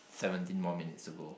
seventeen more minutes to go